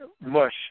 mush